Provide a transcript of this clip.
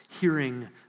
hearing